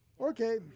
Okay